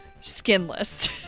skinless